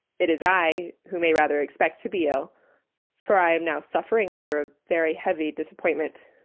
it is i who may rather expect to be ill for i am now suffering under a very heavy disappointment!